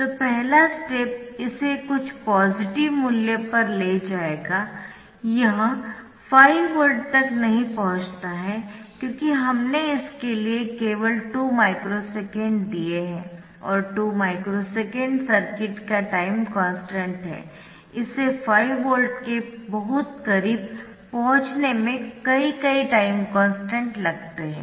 तो पहला स्टेप इसे कुछ पॉजिटिव मूल्य पर ले जाएगा यह 5 वोल्ट तक नहीं पहुंचता है क्योंकि हमने इसके लिए केवल 2 माइक्रो सेकेंड दिए है और 2 माइक्रो सेकेंड सर्किट का टाइम कॉन्स्टन्ट है इसे 5 वोल्ट के बहुत करीब पहुंचने में कई कई टाइम कॉन्स्टन्ट लगते है